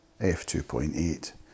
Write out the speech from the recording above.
f2.8